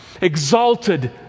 exalted